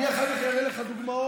אחר כך אראה לך דוגמאות.